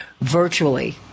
virtually